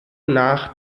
nach